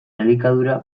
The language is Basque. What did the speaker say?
elikadura